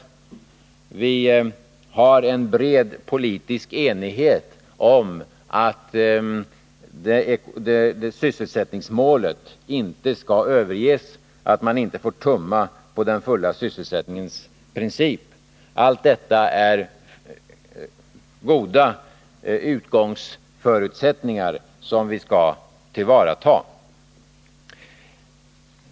Vi har en bred politisk enighet om att sysselsättningsmålet inte skall överges, att man inte får tumma på den fulla sysselsättningens princip. Allt detta är goda utgångsförutsättningar som vi skall tillvarata.